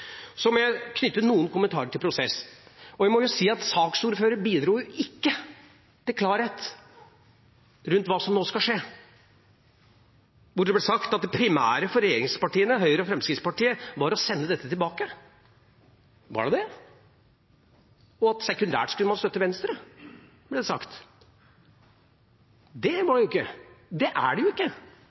Så må jeg knytte noen kommentarer til prosessen. Jeg må si at saksordføreren ikke bidro til klarhet rundt hva som nå skal skje, for det ble sagt at det primære for regjeringspartiene, Høyre og Fremskrittspartiet, var å sende dette tilbake. Var det det? Og det ble sagt at sekundært skulle man støtte Venstre. Det var det ikke – det er det jo ikke.